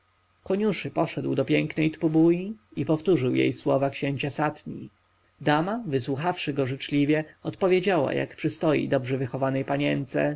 koniuszy poszedł do pięknej tbubui i powtórzył jej słowa księcia satni dama wysłuchawszy go życzliwie odpowiedziała jak przystoi dobrze wychowanej panience